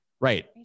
Right